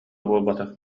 буолбатах